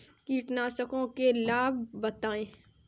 कीटनाशकों के लाभ बताएँ?